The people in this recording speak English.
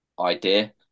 idea